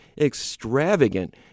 extravagant